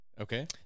Okay